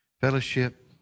Fellowship